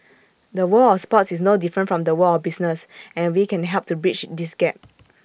the world of sports is no different from the world of business and we can help to bridge this gap